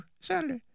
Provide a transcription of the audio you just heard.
Saturday